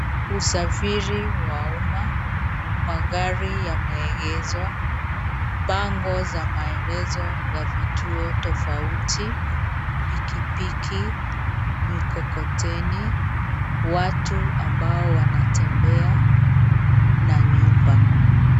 Usafiri wa uma. Magari yameegezwa. Bango za maelezo ya vituo tofauti. Pikipiki, mkokoteni, watu ambao wanatembea, na nyumba.